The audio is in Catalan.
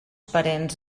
parents